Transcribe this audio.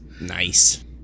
nice